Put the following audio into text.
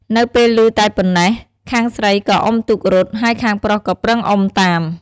នៅពេលឮតែប៉ុណ្ណេះ ខាងស្រីក៏អុំទូករត់ ហើយខាងប្រុសក៏ប្រឹងអុំតាម ។